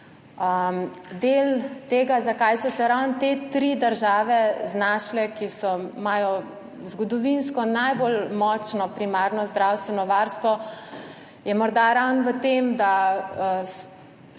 Del tega, zakaj so se ravno te tri države, ki imajo zgodovinsko najbolj močno primarno zdravstveno varstvo, znašle v tem, je